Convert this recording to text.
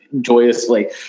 joyously